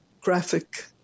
graphic